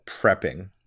prepping